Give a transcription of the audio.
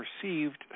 perceived